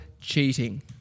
cheating